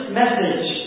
message